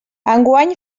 enguany